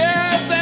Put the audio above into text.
Yes